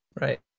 Right